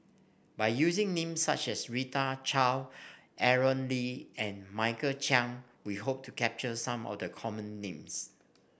by using names such as Rita Chao Aaron Lee and Michael Chiang we hope to capture some of the common names